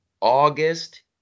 August